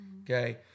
okay